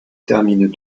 termine